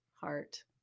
heart